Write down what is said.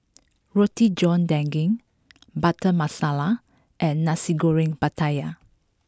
Roti John Daging Butter Masala and Nasi Goreng Pattaya